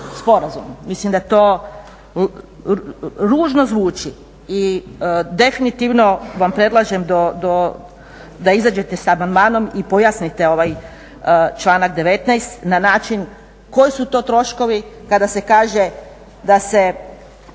Mislim da to ružno zvuči i definitivno vam predlažem da izađete sa amandmanom i pojasnite ovaj članak 19. na način koji su to troškovi kada se kaže da se,